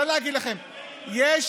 יש,